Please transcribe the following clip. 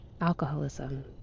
alcoholism